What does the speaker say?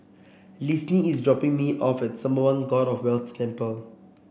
Linsey is dropping me off at Sembawang God of Wealth Temple